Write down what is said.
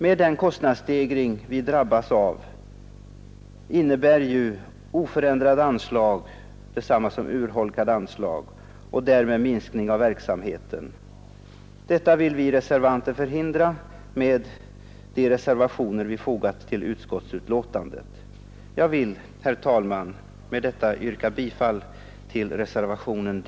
Med den kostnadsstegring vi drabbats av innebär ju oförändrade anslag detsamma som urholkade anslag och därmed minskning av verksamheten. Detta vill vi reservanter förhindra med de reservationer vi fogat till utskottsbetänkandet. Jag vill, herr talman, med detta yrka bifall till reservationen D.